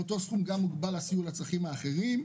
באותה תקרה מוגבל גם הסיוע לצרכים האחרים.